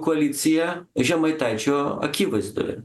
koalicija žemaitaičio akivaizdoje